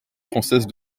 française